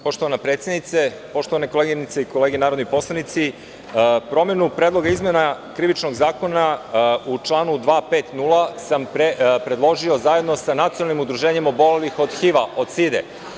Poštovana predsednice, poštovane koleginice i kolege narodni poslanici, promenu predloga izmena Krivičnog zakona u članu 250. sam predložio zajedno sa Nacionalnim udruženjem obolelih od HIV-a, od side.